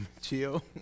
Chill